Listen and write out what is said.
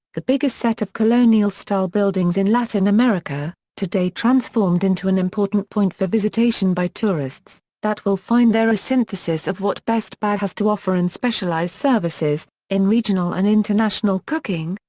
the biggest set of colonial style buildings in latin america, today transformed into an important point for visitation by tourists, that will find there a synthesis of what best bahia has to offer in specialized services, in regional and international cooking,